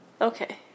Okay